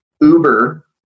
Uber